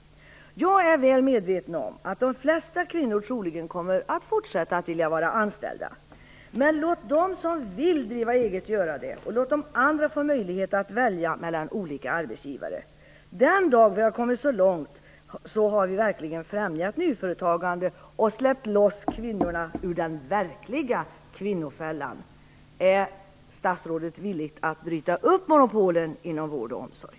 Jag är mycket väl medveten om att de flesta kvinnor troligen kommer att fortsätta att vilja vara anställda. Men låt dem som vill driva eget göra det, och låt de andra få möjlighet att välja mellan olika arbetsgivare. Den dag vi har kommit så långt har vi verkligen främjat nyföretagande och släppt loss kvinnorna ur den verkliga kvinnofällan. Är statsrådet villig att bryta upp monopolen inom vård och omsorg?